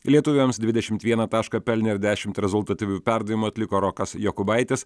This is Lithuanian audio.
lietuviams dvidešimt vieną tašką pelnė ir dešimt rezultatyvių perdavimų atliko rokas jokubaitis